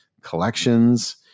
collections